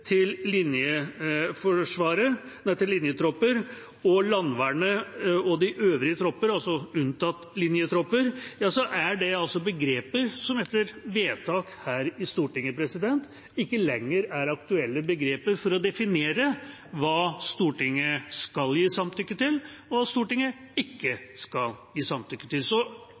til linjetropper, og landvernet og de øvrige tropper – altså unntatt linjetropper – er det begreper som etter vedtak her i Stortinget ikke lenger er aktuelle begreper for å definere hva Stortinget skal gi samtykke til, og hva Stortinget ikke skal gi samtykke til. Så